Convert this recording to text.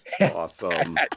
Awesome